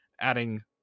adding